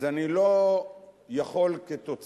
אז אני לא יכול, מכיוון